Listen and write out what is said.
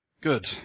Good